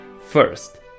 First